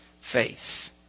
faith